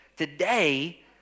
Today